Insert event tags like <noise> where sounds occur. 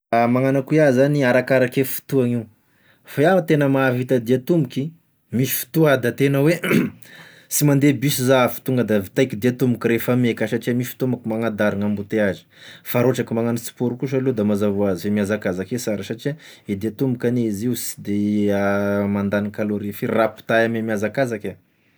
Ah magnano akoa iaho zany da arakarake fotoagna io f'iaho tena mahavita dia an-tomboky, misy fotoa ah da tena hoe <hesitation> sy mande bus zaho fa tonga da vitaiko dia an-tomboky rehefa meky ah, satria misy fotoa manko magnadaro gn'emboteazy, fa raha ohatra ka magnano sport kosa aloha da mazava hoazy e miazakazaky e sara satria e dia an-tomboky anie izy io sy de a- <hesitation> mandany kalôry firy raha ampitahay ame miazakazaka e.